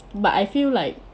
but I feel like